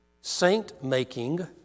Saint-making